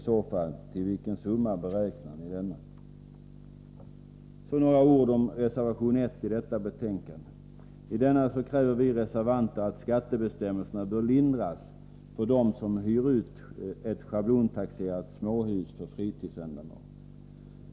Så några ord om reservation 1 i detta betänkande. I denna kräver vi reservanter att skattebestämmelserna bör lindras för dem som hyr ut ett schablontaxerat småhus för fritidsändamål.